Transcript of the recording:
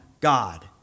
God